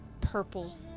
purple